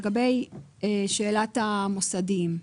לגבי שאלת המוסדיים.